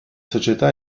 società